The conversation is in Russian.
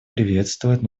приветствовать